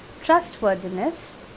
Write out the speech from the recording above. trustworthiness